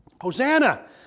Hosanna